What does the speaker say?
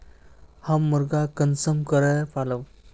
हम मुर्गा कुंसम करे पालव?